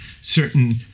certain